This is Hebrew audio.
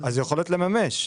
אז יכולות לממש.